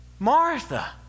Martha